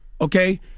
okay